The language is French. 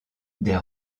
des